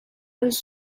was